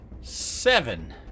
seven